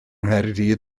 nghaerdydd